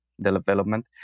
development